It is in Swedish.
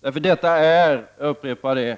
Det gäller — jag upprepar det